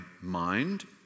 mind